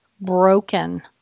broken